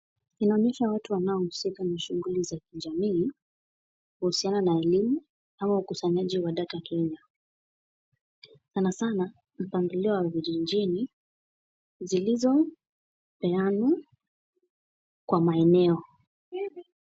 Inaonyesha watu wanaohusika na shughuli za kijamii kuhusiana na elimu ama ukusanyaji wa data Kenya. Sana sana mpangilio wa vienjeli zilizopeanwa kwa maeneo.